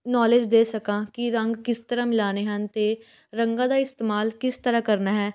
knowledge ਦੇ ਸਕਾਂ ਕਿ ਰੰਗ ਕਿਸ ਤਰ੍ਹਾਂ ਮਿਲਾਉਣੇ ਹਨ ਅਤੇ ਰੰਗਾਂ ਦਾ ਇਸਤੇਮਾਲ ਕਿਸ ਤਰ੍ਹਾਂ ਕਰਨਾ ਹੈ